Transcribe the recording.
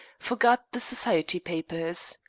forgot the society papers.